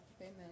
Amen